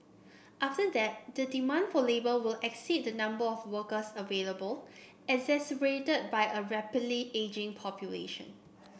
after that the demand for labour will exceed the number of workers available exacerbated by a rapidly ageing population